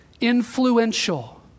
influential